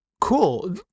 cool